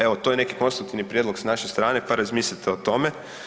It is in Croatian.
Evo, to je neki konstruktivni prijedlog s naše strane, pa razmislite o tome.